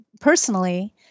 personally